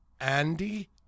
andy